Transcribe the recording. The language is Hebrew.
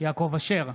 יעקב אשר,